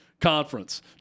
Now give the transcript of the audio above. Conference